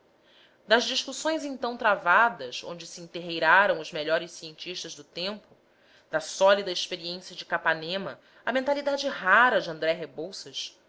das discussões então travadas onde se enterreiraram os melhores cientistas do tempo da sólida experiência de capanema à mentalidade rara de andré rebouças